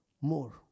more